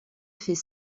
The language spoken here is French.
fait